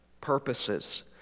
purposes